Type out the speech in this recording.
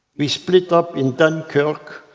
we split up in dunkirk,